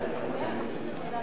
בבקשה.